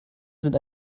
sind